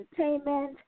Entertainment